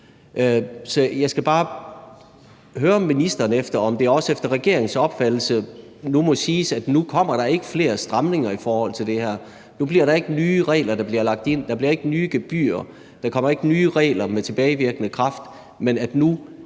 jeg skal bare høre ministeren, om det også efter regeringens opfattelse nu må siges, at nu kommer der ikke flere stramninger af det her – nu er der ikke nye regler, der bliver lagt ind; der bliver ikke nye gebyrer; der kommer ikke nye regler med tilbagevirkende kraft – men at nu